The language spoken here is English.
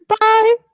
Bye